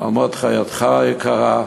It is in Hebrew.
על מות רעייתך היקרה.